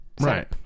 Right